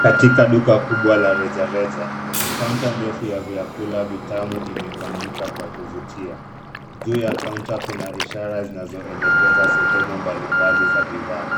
Katika duka kubwa la rejareja, counter ndefu ya vyakula vitamu imepangika kwa kuvutia. Juu ya counter kuna ishara zinazoelekeza sehemu mbali mbali za bidhaa.